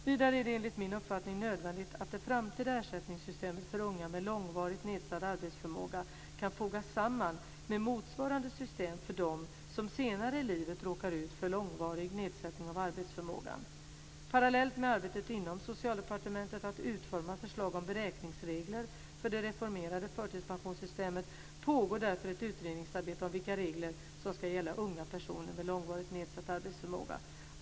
Vidare är det enligt min uppfattning nödvändigt att det framtida ersättningssystemet för unga med långvarigt nedsatt arbetsförmåga kan fogas samman med motsvarande system för dem som senare i livet råkar ut för långvarig nedsättning av arbetsförmågan. Parallellt med arbetet inom Socialdepartementet med att utforma förslag om beräkningsregler för det reformerade förtidspensionssystemet pågår därför ett utredningsarbete om vilka regler som ska gälla unga personer med långvarigt nedsatt arbetsförmåga.